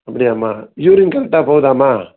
அப்படியாம்மா யூரின் கரெக்ட்டாக போகுதாம்மா